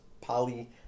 poly